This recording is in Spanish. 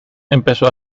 empezó